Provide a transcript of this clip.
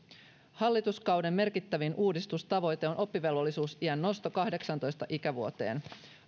hallituskauden merkittävin uudistustavoite on oppivelvollisuusiän nosto kahdeksaantoista ikävuoteen